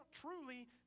truly